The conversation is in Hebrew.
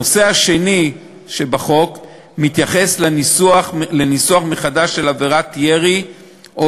הנושא השני שבחוק הוא ניסוח מחדש של עבירת ירי או